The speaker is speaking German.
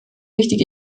wichtig